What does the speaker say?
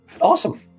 awesome